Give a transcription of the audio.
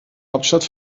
hauptstadt